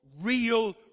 real